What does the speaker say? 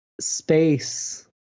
Space